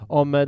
om